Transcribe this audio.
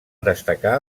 destacar